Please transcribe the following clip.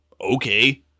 Okay